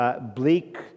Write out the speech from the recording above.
bleak